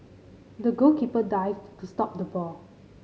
the goalkeeper dived to stop the ball